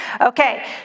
Okay